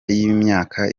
y’imyaka